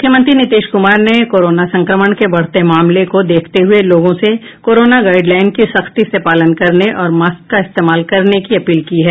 मुख्यमंत्री नीतीश कुमार ने कोरोना संक्रमण के बढ़ते मामले को देखते हुए लोगों से कोरोना गाईडलाईन का सख्ती से पालन करने और मास्क का इस्तेमाल करने की अपील की है